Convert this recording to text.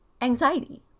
anxiety